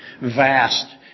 vast